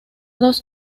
dos